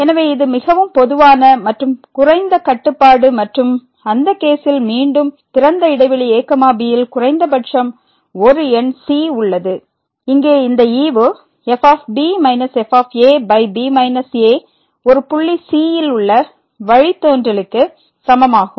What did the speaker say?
எனவே இது மிகவும் பொதுவானது மற்றும் குறைந்த கட்டுப்பாடு மற்றும் அந்த கேசில் மீண்டும் திறந்த இடைவெளி a bயில் குறைந்தபட்சம் ஒரு எண் c உள்ளது இங்கே இந்த ஈவு f b f ab a ஒரு புள்ளி c யில் உள்ள வழித்தோன்றலுக்கு சமமாகும்